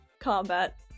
combat